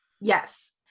Yes